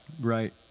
right